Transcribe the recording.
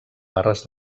barres